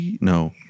No